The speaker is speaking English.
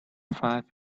five